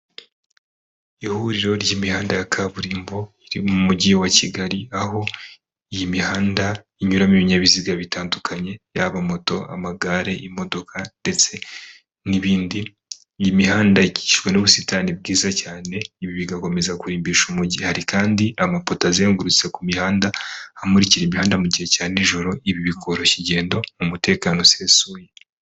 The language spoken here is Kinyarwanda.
Ihuriro ry'imihanda ya kaburimbo iri mu mujyi wa Kigali, aho iyi mihanda inyuramo ibinyabiziga bitandukanye yaba moto, amagare, imodoka ndetse n'ibindi, iyi mihanda ikikijwe n'ubusitani bwiza cyane, ibi bigakomeza kurimbisha umujyi. Hari kandi amapoto azengurutse ku mihanda, amurikira imihanda mu gihe cya nijoro, ibi bikoroshya ingendo mu mutekano usesuye.